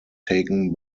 taken